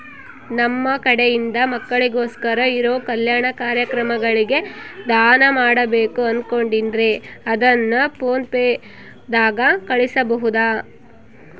ನಮ್ಮ ಕಡೆಯಿಂದ ಮಕ್ಕಳಿಗೋಸ್ಕರ ಇರೋ ಕಲ್ಯಾಣ ಕಾರ್ಯಕ್ರಮಗಳಿಗೆ ದಾನ ಮಾಡಬೇಕು ಅನುಕೊಂಡಿನ್ರೇ ಅದನ್ನು ಪೋನ್ ಪೇ ದಾಗ ಕಳುಹಿಸಬಹುದಾ?